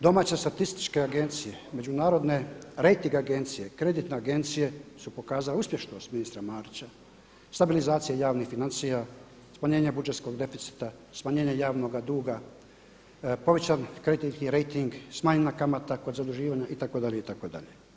Domaće statističke agencije, međunarodne rejting agencije, kreditne agencije su pokazale uspješnost ministra Marića, stabilizacija javnih financija, smanjenje budžetskog deficita, smanjenje javnoga duga, povećan kreditni rejting, smanjena kamata kod zaduživanja itd., itd.